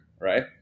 right